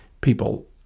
people